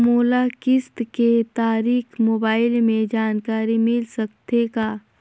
मोला किस्त के तारिक मोबाइल मे जानकारी मिल सकथे का?